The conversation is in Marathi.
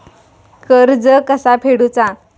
कर्ज कसा फेडुचा?